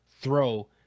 throw